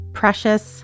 precious